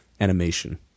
animation